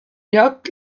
lloc